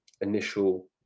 initial